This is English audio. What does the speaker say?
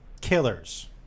killers